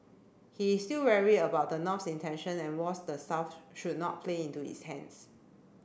he is still wary about the north's intention and warns the south should not play into its hands